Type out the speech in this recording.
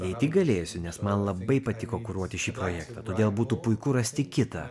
nei tik galėsiu nes man labai patiko kuruoti šį projektą todėl būtų puiku rasti kitą